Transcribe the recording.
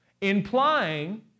implying